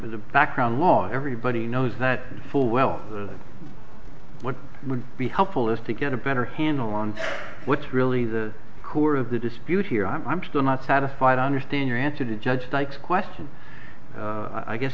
background law everybody knows that full well what would be helpful is to get a better handle on what's really the core of the dispute here i'm still not satisfied i understand your answer to judge sykes question i guess